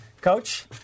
Coach